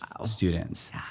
students